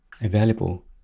available